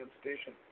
station